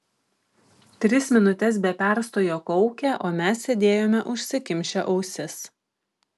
tris minutes be perstojo kaukė o mes sėdėjome užsikimšę ausis